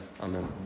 amen